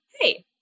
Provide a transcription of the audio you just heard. hey